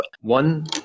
one